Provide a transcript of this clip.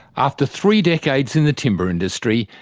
after three decades in the timber industry,